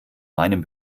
meinem